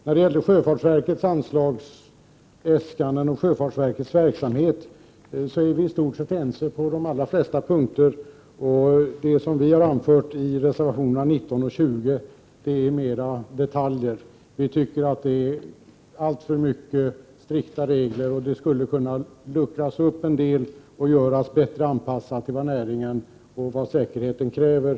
När det gäller sjöfartsverkets anslagsäskanden och verksamhet är vi i stort sett ense på de allra flesta punkter. Det vi har anfört i reservationerna 19 och 20 gäller detaljer. Vi tycker att det finns alltför mycket strikta regler och att dessa skulle kunna luckras upp och anpassas bättre till vad näringen och säkerheten kräver.